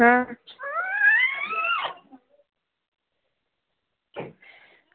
अच्छा